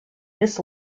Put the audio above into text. this